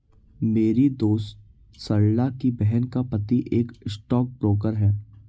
मेरी दोस्त सरला की बहन का पति एक स्टॉक ब्रोकर है